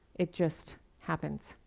it just happens.